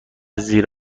زیر